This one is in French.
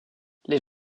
les